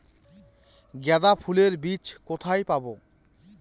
গাঁদা ফুলের বীজ কোথায় পাবো?